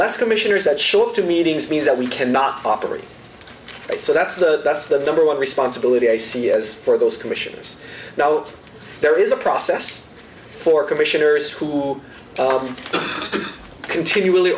less commissioners that show up to meetings means that we cannot operate so that's a that's the number one responsibility i see is for those commissioners now there is a process for commissioner school to continually